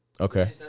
Okay